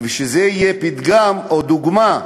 ושזה גם יהיה פתגם, או דוגמה,